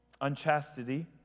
Unchastity